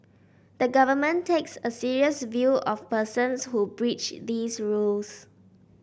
the Government takes a serious view of persons who breach these rules